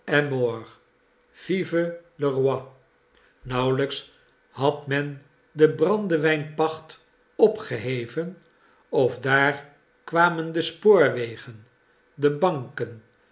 le roi nauwelijks had men de brandewijnpacht opgeheven of daar kwamen de spoorwegen de banken